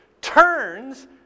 turns